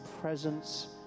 presence